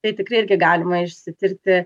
tai tikrai irgi galima išsitirti